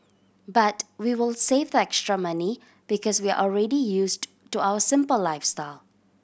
but we will save the extra money because we are already used to our simple lifestyle